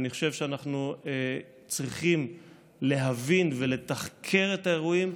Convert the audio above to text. אני חושב שאנחנו צריכים להבין ולתחקר את האירועים,